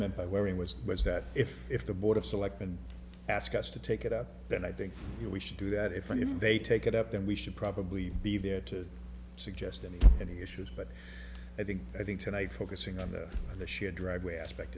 meant by wearing was was that if if the board of selectmen ask us to take it up then i think we should do that if they take it up then we should probably be there to suggest any any issues but i think i think tonight focusing on the shared driveway aspect